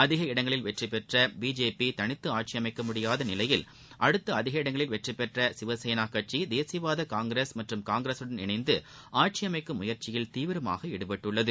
அதிக இடங்களில் வெற்றி பெற்ற பிஜேபி தளித்து ஆட்சி அமைக்க முடியாத நிலையில் அடுத்து அதிக இடங்களில் வெற்றி பெற்ற சிவசேனா கட்சி தேசியவாத காங்கிரஸ் மற்றும் காங்கிரஸுடன் இணைந்து ஆட்சி அமைக்கும் முயற்சியில் தீவிரமாக ஈடுபட்டுள்ளது